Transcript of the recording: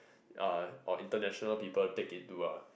uh or international people take it to ah